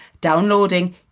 downloading